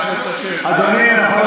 אז אדוני יתכבד לענות לי תשובה.